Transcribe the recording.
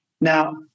Now